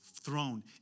throne